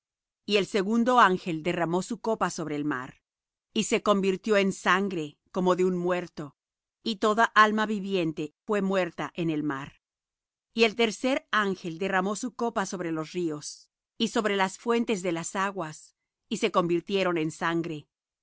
y el segundo ángel derramó su copa sobre el mar y se convirtió en sangre como de un muerto y toda alma viviente fué muerta en el mar y el tercer ángel derramó su copa sobre los ríos y sobre las fuentes de las aguas y se convirtieron en sangre